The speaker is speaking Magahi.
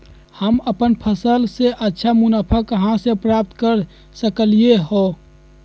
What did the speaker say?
हम अपन फसल से अच्छा मुनाफा कहाँ से प्राप्त कर सकलियै ह?